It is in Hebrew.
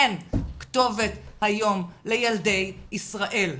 אין כתובת היום לילדי ישראל.